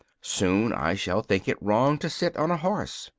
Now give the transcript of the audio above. soon, i shall think it wrong to sit on a horse.